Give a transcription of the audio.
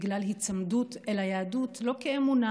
בגלל היצמדות ליהדות לא כאמונה,